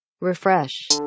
Refresh